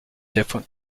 different